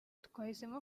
twahisemo